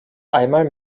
einmal